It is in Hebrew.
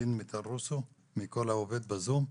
עורכת הדין מיטל רוסו מ'קו לעובד' בזום.